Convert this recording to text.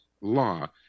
law